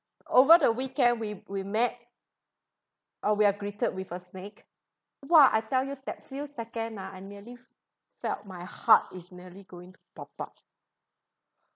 over the weekend we we met or we are greeted with a snake !wah! I tell you that few second ah I merely felt my heart is merely going to pop up